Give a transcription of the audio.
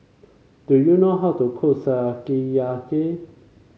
do you know how to cook Sukiyaki